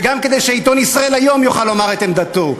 וגם כדי שהעיתון "ישראל היום" יוכל לומר את עמדתו,